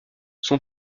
son